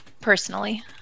personally